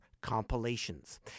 compilations